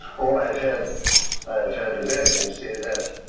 oh, i've had i've had americans say that,